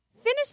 Finish